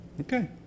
Okay